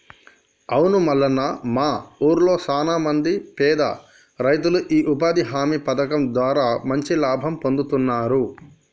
అవును మల్లన్న మా ఊళ్లో సాన మంది పేద రైతులు ఈ ఉపాధి హామీ పథకం ద్వారా మంచి లాభం పొందుతున్నారు